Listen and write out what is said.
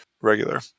regular